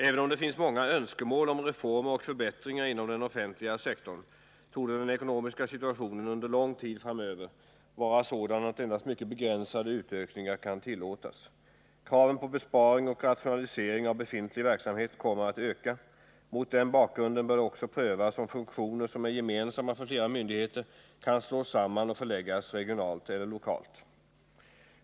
Även om det finns många önskemål om reformer och förbättringar inom den offentliga sektorn torde den ekonomiska situationen under lång tid framöver vara sådan att endast mycket begränsade utökningar kan tillåtas. Kraven på besparing och rationalisering av befintlig verksamhet kommer att öka. Mot den bakgrunden bör också prövas om funktioner som är gemensamma för flera myndigheter kan slås samman och förläggas regionalt eller lokalt.